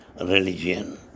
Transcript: religion